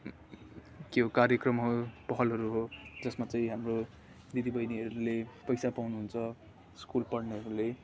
के हो कार्यक्रम हो पहलहरू हो जसमा चाहिँ हाम्रो दिदीबहिनीहरूले पैसा पाउनुहुन्छ स्कुल पढ्नेहरूले